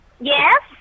Yes